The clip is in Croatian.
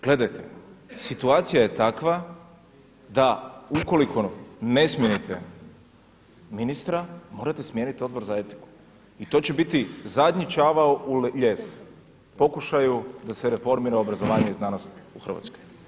Gledajte, situacija je takva da ukoliko ne smijenite ministra morate smijeniti Odbor za etiku i to će biti zadnji čavao u lijes, pokušaju da se reformira obrazovanje i znanost u Hrvatskoj.